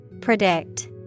Predict